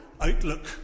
outlook